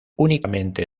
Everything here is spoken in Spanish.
únicamente